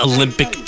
Olympic